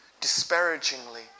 disparagingly